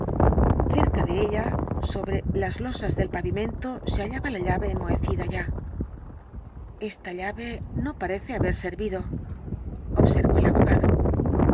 cerca de ella sobre las losas del pavimento se hallaba la llave enmohecida ya esta llave no parece haber servido observó el abogado